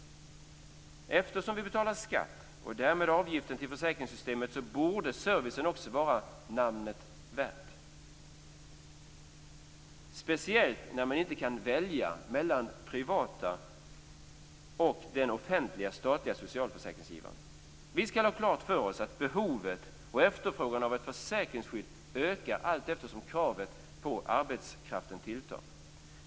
Eftersom vi betalar skatt, och därmed också avgifter till försäkringssystemet, borde servicen också vara värd namnet - speciellt när man inte kan välja mellan privata alternativ och den offentliga, statliga socialförsäkringsgivaren. Vi skall ha klart för oss att behovet av och efterfrågan på ett försäkringsskydd ökar allteftersom kraven på arbetskraften tilltar.